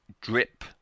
drip